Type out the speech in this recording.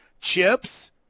Chips